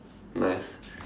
nice